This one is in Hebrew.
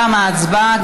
תמה ההצבעה.